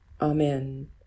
Amen